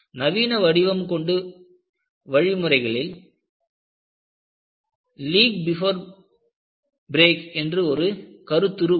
நவீன வடிவமைப்பு வழிமுறைகளில் லீக் பிபோர் பிரேக் என்று ஒரு கருத்துரு உள்ளது